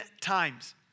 times